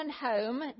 home